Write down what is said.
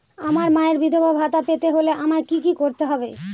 আমার মায়ের বিধবা ভাতা পেতে হলে আমায় কি কি করতে হবে?